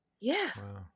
Yes